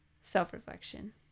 self-reflection